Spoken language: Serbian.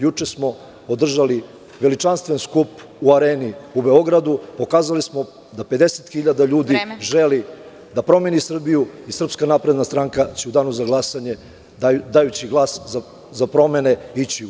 Juče smo održali veličanstven skup u Areni, u Beogradu i pokazali smo da 50.000 ljudi želi da promeni Srbiju i SNS će u danu za glasanje, dajući glas za promene, ići u EU.